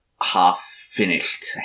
half-finished